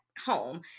home